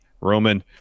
Roman